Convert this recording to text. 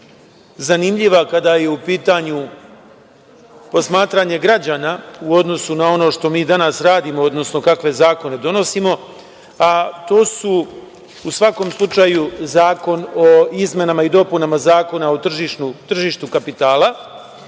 zanimljiva kada je u pitanju posmatranje građana u odnosu na ono što mi danas radimo, odnosno kakve zakone donosimo, a to su u svakom slučaju zakon o izmenama i dopunama Zakona o tržištu kapitala,